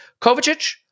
Kovacic